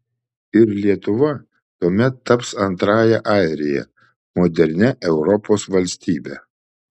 ir lietuva tuomet taps antrąja airija modernia europos valstybe